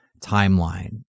timeline